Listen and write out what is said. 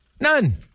None